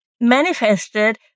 manifested